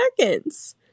seconds